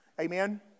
Amen